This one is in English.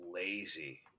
Lazy